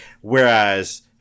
Whereas